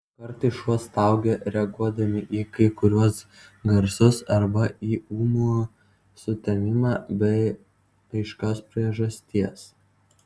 kartais šuo staugia reaguodami į kai kuriuos garsus arba į ūmų sutemimą be aiškios priežasties